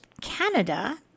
Canada